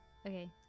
Okay